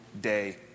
day